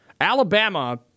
Alabama